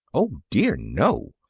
oh, dear, no!